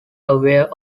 aware